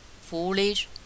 foolish